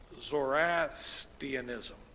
Zoroastrianism